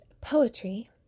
poetry